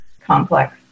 complex